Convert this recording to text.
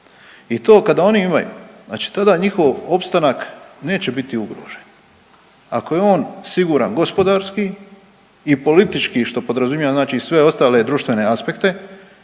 i to kada oni imaju znači to da njihov opstanak neće biti ugrožen. Ako je on siguran gospodarski i politički što podrazumijeva znači sve ostale društvene aspekte